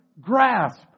grasp